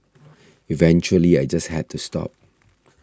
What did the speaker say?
eventually I just had to stop